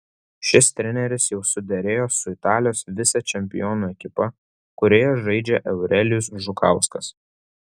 šis treneris jau suderėjo su italijos vicečempionų ekipa kurioje žaidžia eurelijus žukauskas